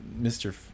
Mr